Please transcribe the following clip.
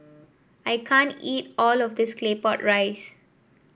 I can't eat all of this Claypot Rice